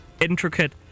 intricate